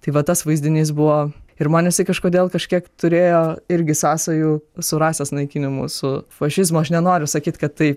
tai va tas vaizdinys buvo ir man jisai kažkodėl kažkiek turėjo irgi sąsajų su rasės naikinimu su fašizmu aš nenoriu sakyt kad tai